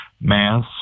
Mass